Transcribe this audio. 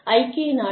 ஐக்கிய நாடுகள்